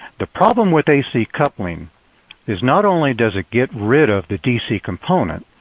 the problem with ac coupling is not only does it get rid of the dc component,